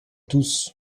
tous